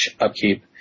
upkeep